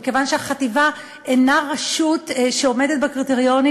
מכיוון שהחטיבה אינה רשות שעומדת בקריטריונים